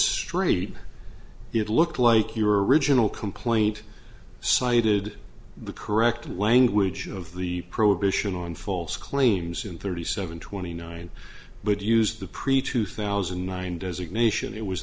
straight it looked like your original complaint cited the correct language of the prohibition on false claims in thirty seven twenty nine would use the pre two thousand and nine designation it was